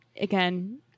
again